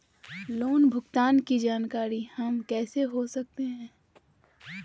Loan भुगतान की जानकारी हम कैसे हो सकते हैं?